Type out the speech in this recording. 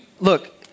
look